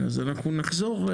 אז אנחנו נחזור.